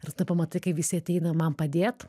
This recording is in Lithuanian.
ir tada pamatai kai visi ateina man padėt